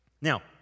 Now